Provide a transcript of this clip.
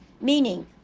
meaning